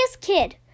kid